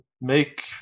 make